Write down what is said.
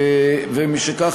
ומשכך,